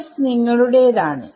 choice നിങ്ങളുടേതാണ്